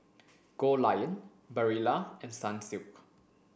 Goldlion Barilla and Sunsilk